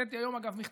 הוצאתי היום מכתב,